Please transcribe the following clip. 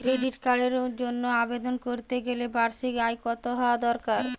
Credit কার্ডের জন্য আবেদন করতে গেলে বার্ষিক আয় কত হওয়া দরকার?